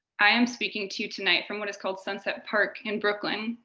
i am speaking to you tonight from what is called sunset park in brooklyn,